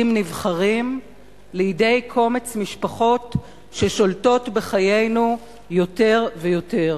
מידי מנהיגים נבחרים לידי קומץ משפחות ששולטות בחיינו יותר ויותר.